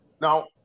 Now